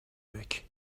مکه